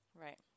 Right